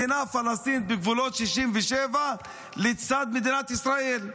מדינה פלסטינית בגבולות 67' לצד מדינת ישראל.